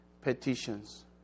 petitions